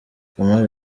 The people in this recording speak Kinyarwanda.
kamali